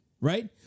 right